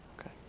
Okay